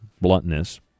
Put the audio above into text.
bluntness